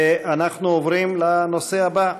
אנחנו עוברים לנושא הבא: